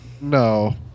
No